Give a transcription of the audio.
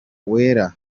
wera